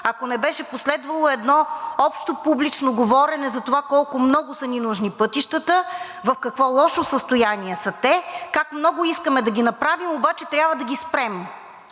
ако не беше последвало едно общо публично говорене за това колко много са ни нужни пътищата, в какво лошо състояние са те, как много искаме да ги направим, обаче трябва да ги спрем.